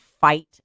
fight